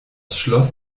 schloss